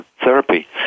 therapy